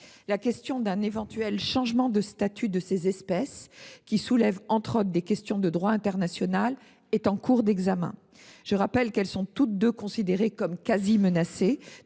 quota zéro. Un éventuel changement de statut de ces espèces, qui soulève, entre autres problèmes, des questions de droit international, est en cours d’examen. Je rappelle qu’elles sont toutes deux considérées comme quasi menacées